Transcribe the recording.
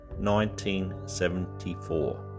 1974